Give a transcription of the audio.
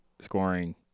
scoring